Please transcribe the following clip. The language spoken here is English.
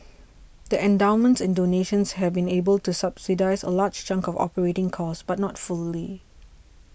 the endowments and donations have been able to subsidise a large chunk of operating costs but not fully